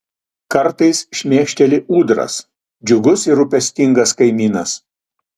kartais šmėkšteli ūdras džiugus ir rūpestingas kaimynas